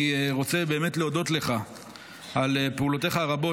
אני רוצה באמת להודות לך על פעולותיך הרבות